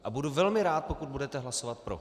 A budu velmi rád, pokud budete hlasovat pro.